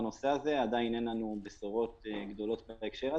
אבל אין לנו עדיין בשורות גדולות בהקשר הזה.